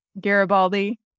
Garibaldi